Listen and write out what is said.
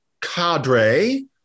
cadre